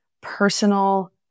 personal